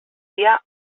dia